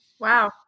wow